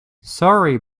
sorry